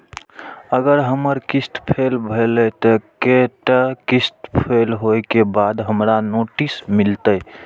अगर हमर किस्त फैल भेलय त कै टा किस्त फैल होय के बाद हमरा नोटिस मिलते?